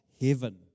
heaven